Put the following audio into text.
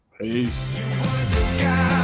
Peace